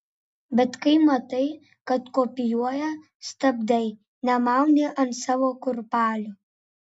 bet kai matai kad kopijuoja stabdai nemauni ant savo kurpalio